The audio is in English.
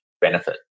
benefit